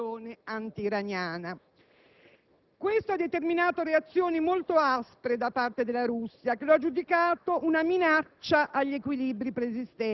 molte affermazioni. Prima di tutto, il forte richiamo al ruolo dell'Europa nella politica estera, come fattore di stabilizzazione e di pace.